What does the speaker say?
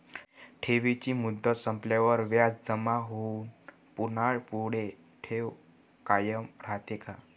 ठेवीची मुदत संपल्यावर व्याज जमा होऊन पुन्हा पुढे ठेव कायम राहते का?